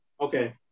okay